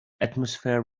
atmosphere